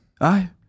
Aye